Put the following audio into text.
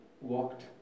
walked